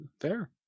fair